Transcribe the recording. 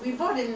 no lah